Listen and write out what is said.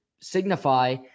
signify